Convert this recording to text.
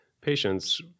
patients